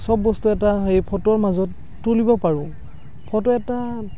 চব বস্তু এটা সেই ফটোৰ মাজত তুলিব পাৰোঁ ফটো এটা